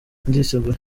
ndiseguye